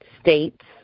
States